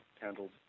handled